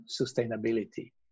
sustainability